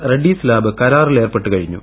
redness lab കരാറിലേർപ്പെട്ടു കഴിഞ്ഞു